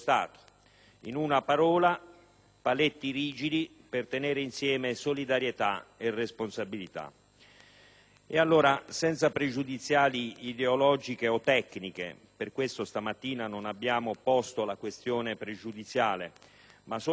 paletti rigidi per tenere insieme solidarietà e responsabilità. Senza pregiudiziali ideologiche o tecniche (per questo motivo questa mattina non abbiamo posto la questione pregiudiziale), ma solo con una volontà positiva e